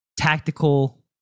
Tactical